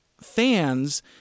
fans